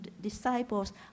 disciples